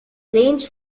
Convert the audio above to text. range